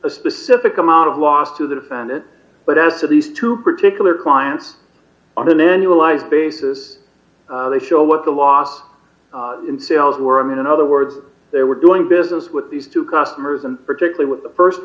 a specific amount of loss to the defendant but as to these two particular clients on an annualized basis they show what the loss in sales were i mean in other words they were doing business with these two customers and particularly with the